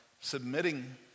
submitting